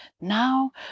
now